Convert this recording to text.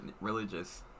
religious